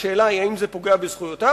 השאלה היא האם זה פוגע בזכויותיו.